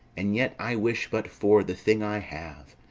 and yet i wish but for the thing i have.